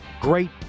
Great